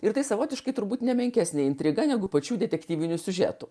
ir tai savotiškai turbūt nemenkesnė intriga negu pačių detektyvinių siužetų